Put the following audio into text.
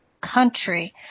country